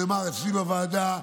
כמו שנאמר אצלי בוועדה,